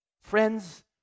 friends